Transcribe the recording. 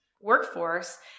workforce